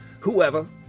whoever